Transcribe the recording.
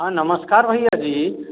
हँ नमस्कार भैया जी